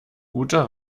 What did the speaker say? guter